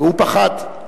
והוא פחד,